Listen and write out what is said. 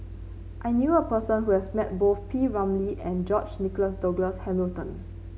I knew a person who has met both P Ramlee and George Nigel Douglas Hamilton